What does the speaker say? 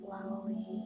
slowly